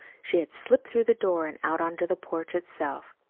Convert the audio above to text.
she had slipped through the door and out on to the porch itself.